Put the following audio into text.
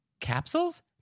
capsules